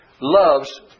loves